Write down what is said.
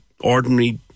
ordinary